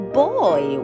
boy